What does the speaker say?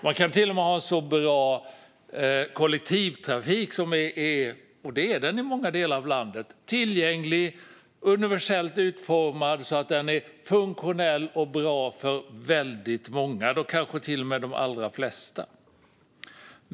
Man kanske till och med har kollektivtrafik som är bra, och det är den i många delar av landet - tillgänglig och universellt utformad så att den är funktionell och bra för väldigt många, kanske till och med de allra flesta.